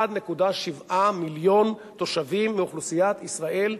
1.7 מיליון תושבים מאוכלוסיית ישראל,